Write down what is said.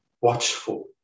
watchful